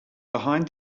behind